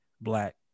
Black